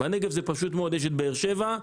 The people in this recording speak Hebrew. בנגב זה פשוט מאוד יש את באר שבע,